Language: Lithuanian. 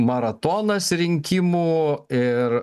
maratonas rinkimų ir